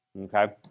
Okay